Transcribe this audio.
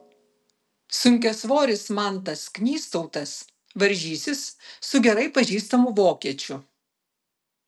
sunkiasvoris mantas knystautas varžysis su gerai pažįstamu vokiečiu